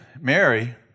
Mary